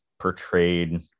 portrayed